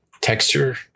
texture